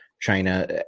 china